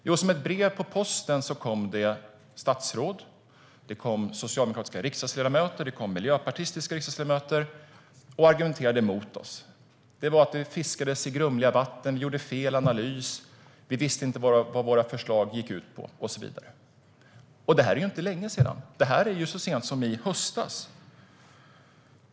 Jo, som ett brev på posten argumenterade statsråd, socialdemokratiska riksdagsledamöter och miljöpartistiska ledamöter emot oss. Man sa att vi fiskade i grumliga vatten, att vi gjorde fel analys, att vi inte visste vad våra förslag gick ut på och så vidare. Detta är inte länge sedan; det var så sent som i höstas.